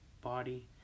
body